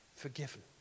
forgiven